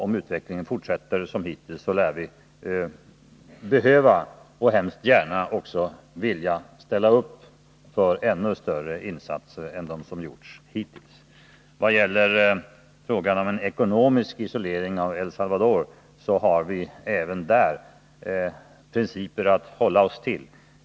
Om utvecklingen fortsätter som hittills lär vi behöva och vi vill också mycket gärna ställa upp med ännu större insatser än som hittills gjorts. Vad gäller frågan om en ekonomisk isolering av El Salvador har vi även här principer att hålla oss till.